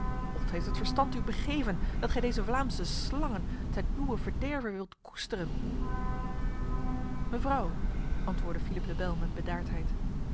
of heeft het verstand u begeven dat gij deze vlaamse slangen ten uwen verderve wilt koesteren mevrouw antwoordde philippe le bel met bedaardheid